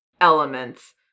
elements